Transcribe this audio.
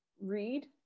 Read